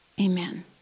Amen